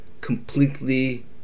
completely